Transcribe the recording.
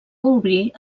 obrir